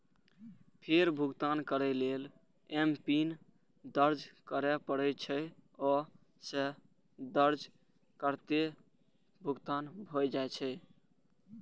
फेर भुगतान करै लेल एमपिन दर्ज करय पड़ै छै, आ से दर्ज करिते भुगतान भए जाइ छै